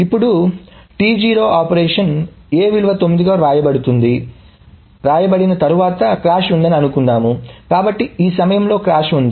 ఇప్పుడు write T0 A 9 statement తర్వాత crash ఉందని అనుకుందాం కాబట్టి ఈ సమయంలో క్రాష్ ఉంది